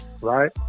right